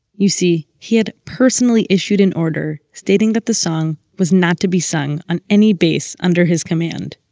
you see, he had personally issued an order stating that the song was not to be sung on any base under his command.